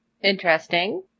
Interesting